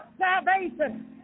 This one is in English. salvation